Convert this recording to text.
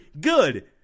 good